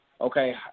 Okay